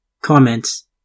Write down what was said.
Comments